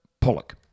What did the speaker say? Pollock